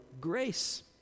grace